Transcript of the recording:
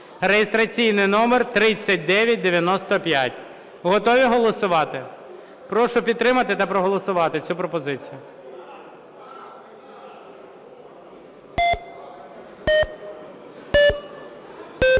(реєстраційний номер 3995). Готові голосувати? Прошу підтримати та проголосувати цю пропозицію.